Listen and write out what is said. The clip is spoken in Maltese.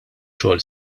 xogħol